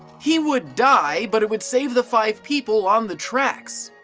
he would die, but it would save the five people on the tracks.